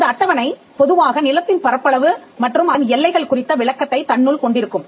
இந்த அட்டவணை பொதுவாக நிலத்தின் பரப்பளவு மற்றும் அதன் எல்லைகள் குறித்த விளக்கத்தைத் தன்னுள் கொண்டிருக்கும்